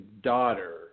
daughter